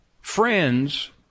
friends